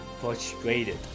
frustrated